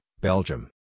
Belgium